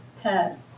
pet